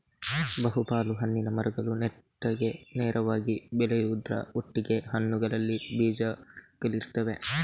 ಬಹು ಪಾಲು ಹಣ್ಣಿನ ಮರಗಳು ನೆಟ್ಟಗೆ ನೇರವಾಗಿ ಬೆಳೆಯುದ್ರ ಒಟ್ಟಿಗೆ ಹಣ್ಣುಗಳಲ್ಲಿ ಬೀಜಗಳಿರ್ತವೆ